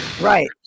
Right